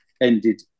ended